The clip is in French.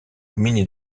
gminy